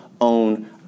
own